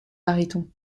baryton